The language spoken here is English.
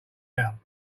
out